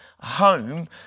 home